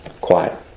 Quiet